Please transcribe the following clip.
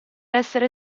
essere